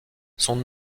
son